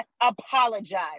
apologize